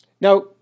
Now